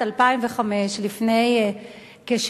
בשנת 2005,